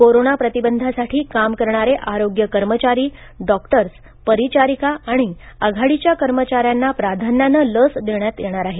corona प्रतिबंधासाठी काम करणारे आरोग्य कर्मचारी डॉक्टर्स परिचारीका आणि आघाडीच्या कर्मचाऱ्यांना प्राधान्यानं लस देण्यात येणार आहे